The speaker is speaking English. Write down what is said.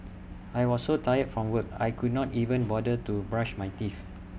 I was so tired from work I could not even bother to brush my teeth